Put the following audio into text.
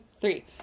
three